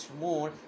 more